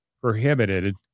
prohibited